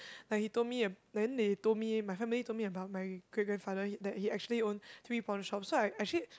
like he told me eh then they told me my family told me about my great grandfather he that he actually own three pawnshop so I actually